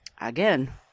Again